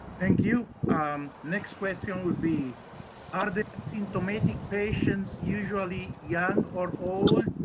thank you um next question would be are the symptomatic patients usually young or old?